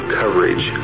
coverage